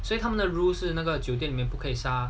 所以他们的 rules 是那个酒店里面不可以杀